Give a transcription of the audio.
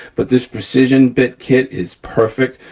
but this precision bit kit is perfect.